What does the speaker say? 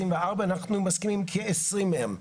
אנחנו מסכימים עם כ-20 מהן.